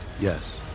Yes